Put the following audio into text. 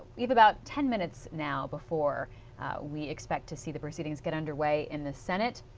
we have about ten minutes now before we expect to see the proceedings get under way in the senate.